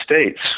States